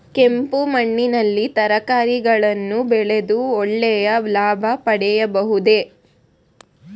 ಕೆಂಪು ಮಣ್ಣಿನಲ್ಲಿ ತರಕಾರಿಗಳನ್ನು ಬೆಳೆದು ಒಳ್ಳೆಯ ಲಾಭ ಪಡೆಯಬಹುದೇ?